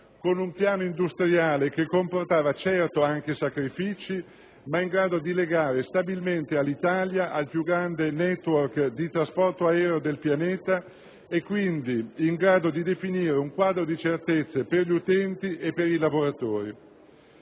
con un piano industriale che comportava certo anche sacrifici, ma in grado di legare stabilmente Alitalia al più grande *network* di trasporto aereo del pianeta e quindi in grado di definire un quadro di certezze per gli utenti e per i lavoratori.